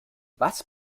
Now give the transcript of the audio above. was